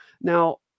Now